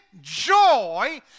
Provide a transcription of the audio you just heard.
joy